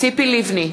ציפי לבני,